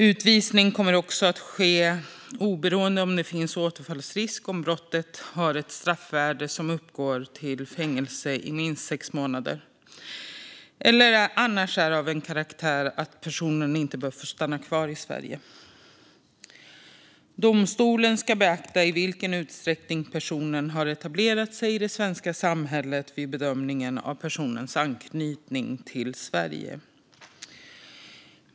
Utvisning kommer också att ske oberoende om det finns återfallsrisk, om brottet har ett straffvärde som uppgår till fängelse i minst sex månader eller annars är av en karaktär att personen inte bör få stanna kvar i Sverige. Domstolen ska beakta i vilken utsträckning personen har etablerat sig i det svenska samhället vid bedömning av personens anknytning till Sverige.